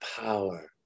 power